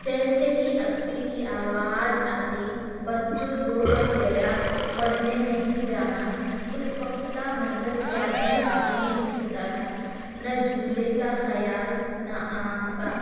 جیسے ہی اپی کی آواز آتی بچوں دو بج گیا پڑھنے نہیں جانا اس وقت کا منظر کیا ہی عجیب ہوتا تھا نہ جھولے کا خیال نا آم کا